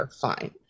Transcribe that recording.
fine